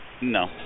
No